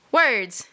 words